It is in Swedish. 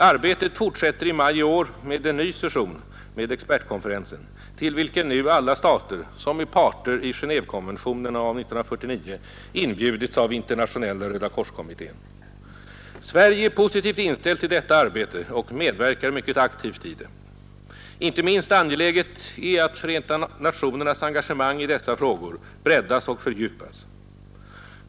Arbetet fortsätter i maj i år med en ny session med expertkonferensen, till vilken nu alla stater som är parter i Genévekonventionerna av 1949 inbjudits av Internationella rödakorskommittén. Sverige är positivt inställt till detta arbete och medverkar mycket aktivt i det. Inte minst angeläget är att FN:s engagemang i dessa frågor breddas och fördjupas.